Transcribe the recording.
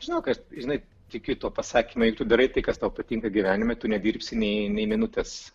žinok aš žinai tikiu tuo pasakymu jeigu tu darai tai kas tau patinka gyvenime tu nedirbsi nei nė minutės